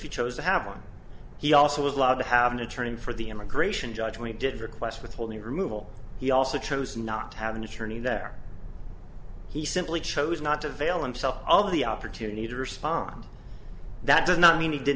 you chose to have one he also would love to have an attorney for the immigration judge when he did request withholding removal he also chose not to have an attorney there he simply chose not to veil him self all the opportunity to respond that does not mean he did